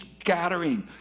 scattering